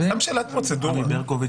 ועמי ברקוביץ